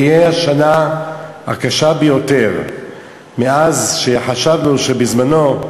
היא תהיה השנה הקשה ביותר מאז שחשבנו בזמנו,